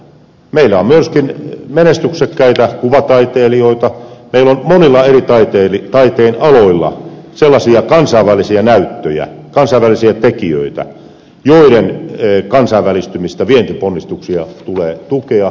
meillä on myöskin menestyksekkäitä kuvataiteilijoita meillä on monilla eri taiteenaloilla sellaisia kansainvälisiä näyttöjä kansainvälisiä tekijöitä joiden kansainvälistymistä vientiponnistuksia tulee tukea